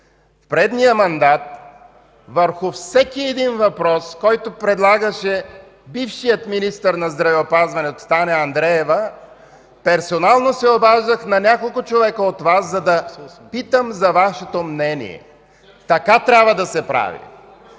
предишния мандат върху всеки един въпрос, който предлагаше бившият министър на здравеопазването Таня Андреева, персонално се обаждах на няколко човека от Вас, за да питам за Вашето мнение. Така трябва да се прави.